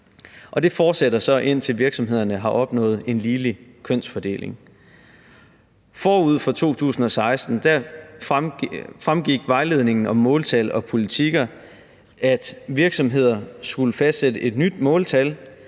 det fortsætter så, indtil virksomhederne har opnået en ligelig kønsfordeling. Forud for 2016 fremgik det af vejledningen om måltal og politikker, at virksomheder skulle fastsætte et nyt måltal